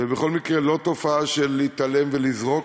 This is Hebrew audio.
ובכל מקרה, לא תופעה של להתעלם ולזרוק.